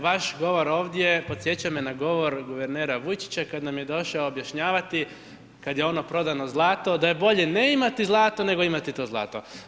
Vaš govor ovdje podsjeća me na govor guvernera Vujčića kad nam je došao objašnjavati kad je ono prodano zlato da je bolje ne imati zlato nego imati to zlato.